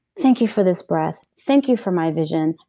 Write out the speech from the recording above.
thank you for this breath. thank you for my vision.